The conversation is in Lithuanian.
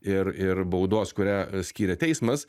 ir ir baudos kurią skiria teismas